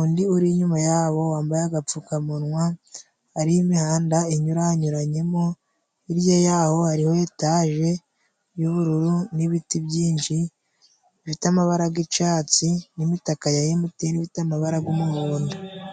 undi uri inyuma yabo wambaye agapfukamunwa，hari imihanda inyuranyuranyemo， hirya yaho hariho etage y'ubururu n'ibiti byinshi bifite amabara g'icatsi n'imitaka ya emutiyene， ifite amabara g'umuhondo.